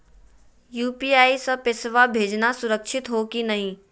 UPI स पैसवा भेजना सुरक्षित हो की नाहीं?